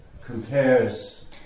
compares